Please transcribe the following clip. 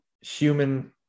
human